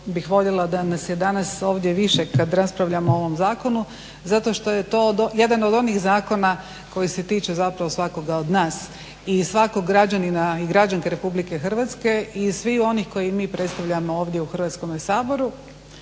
da nas je danas ovdje više kad raspravljamo o ovom zakonu zato što je to jedan od onih zakona koji se tiču zapravo svakoga od nas i svakog građanina i građanke Republike Hrvatske i svih onih koje mi predstavljamo ovdje u Hrvatskom saboru,